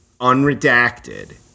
unredacted